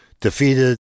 defeated